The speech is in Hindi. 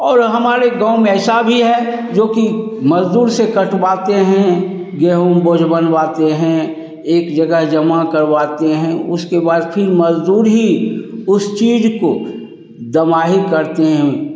और हमारे गाँव में ऐसा भी है जो कि मजदूर से कटवाते हैं गेहूँ बोझ बनवाते हैं एक जगह जमा करवाते हैं उसके बाद फिर मजदूर ही उस चीज को दमाही करते हैं